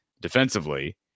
defensively